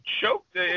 choked